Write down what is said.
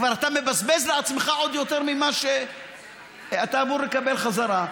אתה כבר מבזבז לעצמך עוד יותר ממה שאתה אמור לקבל חזרה.